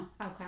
Okay